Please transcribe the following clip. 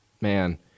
Man